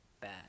bad